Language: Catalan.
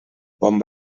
bon